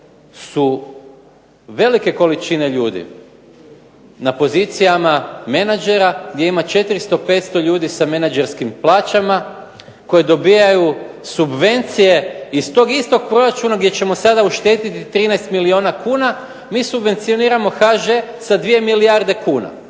su velike količine ljudi na pozicijama menadžera gdje ima 400, 500 ljudi sa menadžerskim plaćama, koji dobivaju subvencije iz tog istog proračuna gdje ćemo sada uštedjeti 13 milijuna kuna mi subvencioniramo HŽ sa 2 milijarde kuna.